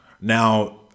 Now